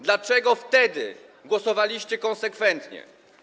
Dlaczego wtedy głosowaliście konsekwentnie?